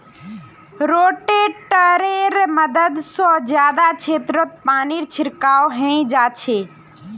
रोटेटरैर मदद से जादा क्षेत्रत पानीर छिड़काव हैंय जाच्छे